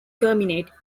terminate